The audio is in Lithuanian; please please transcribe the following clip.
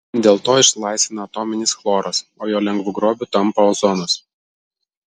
dėl to išsilaisvina atominis chloras o jo lengvu grobiu tampa ozonas